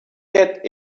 get